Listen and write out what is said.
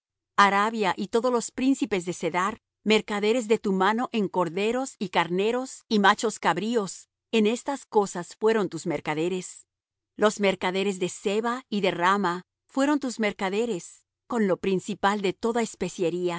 arabia y todos los príncipes de cedar mercaderes de tu mano en corderos y carneros y machos cabríos en estas cosas fueron tus mercaderes los mercaderes de seba y de raama fueron tus mercaderes con lo principal de toda especiería